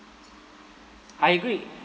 I agree